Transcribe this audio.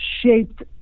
shaped